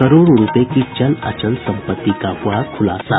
करोड़ों रूपये की चल अचल सम्पत्ति का हुआ खुलासा